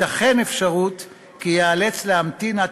תיתכן אפשרות כי הוא ייאלץ להמתין עד